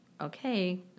okay